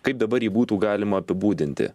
kaip dabar jį būtų galima apibūdinti